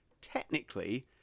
technically